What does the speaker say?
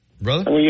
brother